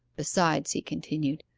besides, he continued,